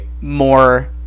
more